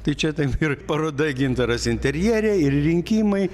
tai čia taip ir paroda gintaras interjere ir rinkimai